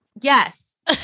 Yes